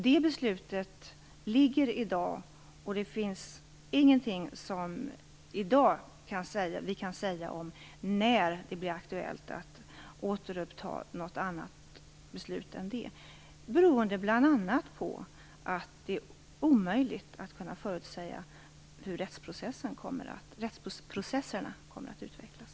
Det beslutet ligger fast och vi kan i dag inte säga något om när det blir aktuellt att fatta något annat beslut. Det beror bl.a. på att det är omöjligt att förutsäga hur rättsprocesserna kommer att utvecklas.